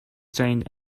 trained